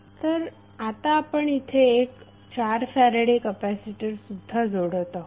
तर आता आपण इथे एक 4 फॅरेडे कपॅसिटरसुद्धा जोडत आहोत